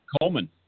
Coleman